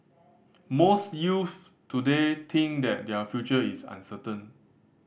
most youth today think that their future is uncertain